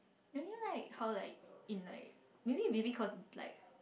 don't you like how like in like maybe maybe cause like